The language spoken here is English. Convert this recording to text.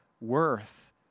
worth